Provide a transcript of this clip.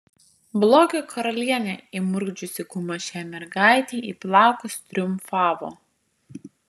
blogio karalienė įmurkdžiusi gumą šiai mergaitei į plaukus triumfavo